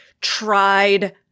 tried